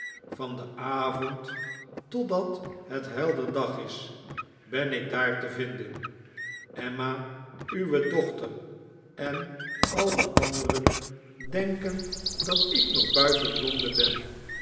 van den avond totdat het helder dag is ben ik daar te vinden emma uwe dochter en al de anderen denken dat ik nog buiten londen ben